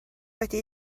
wedi